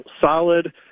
solid